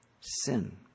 sin